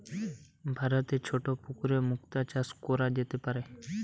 ভারতে ছোট পুকুরেও মুক্তা চাষ কোরা যেতে পারে